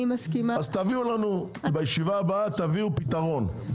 תביאו לנו בישיבה הבאה פתרון.